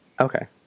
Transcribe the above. Okay